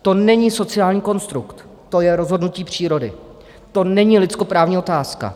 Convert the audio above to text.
To není sociální konstrukt, to je rozhodnutí přírody, to není lidskoprávní otázka.